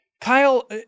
Kyle